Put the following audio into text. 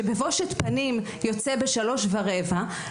שבבושת פנים יוצא בשעה שלוש ורבע.